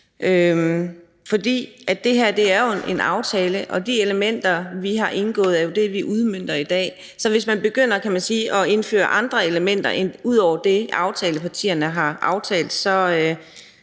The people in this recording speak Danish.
fordi det her jo er en aftale, og de her elementer, vi har indgået, er det, vi udmønter i dag. Så hvis man begynder at indføre, hvad kan man sige, andre elementer ud over det, som aftalepartierne har aftalt, så